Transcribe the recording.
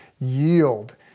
yield